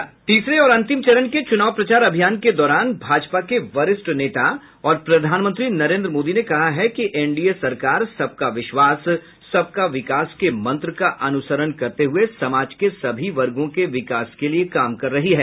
तीसरे और अंतिम चरण के चुनाव प्रचार अभियान के दौरान भाजपा के वरिष्ठ नेता और प्रधानमंत्री नरेन्द्र मोदी ने कहा है कि एनडीए सरकार सबका विश्वास सबका विकास के मंत्र का अनुसरण करते हुए समाज के सभी वर्गों के विकास के लिए काम कर रही है